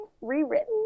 rewritten